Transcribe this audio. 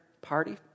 party